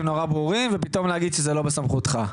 נורא ברורים ופתאום להגיד שזה לא בסמכותך.